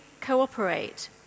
cooperate